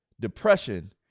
Depression